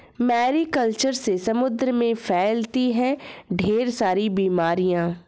Mary culture से समुद्र में फैलती है ढेर सारी बीमारियां